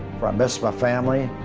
i missed my family.